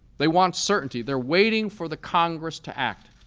they want certainty. they're waiting for the congress to act.